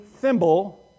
thimble